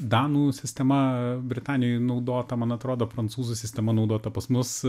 danų sistema britanijoj naudota man atrodo prancūzų sistema naudota pas mus